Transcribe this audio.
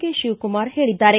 K Shivakumar ಹೇಳಿದ್ದಾರೆ